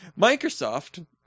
Microsoft